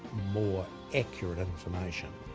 more accurate information,